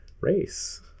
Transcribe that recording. race